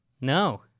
No